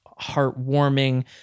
heartwarming